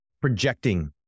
projecting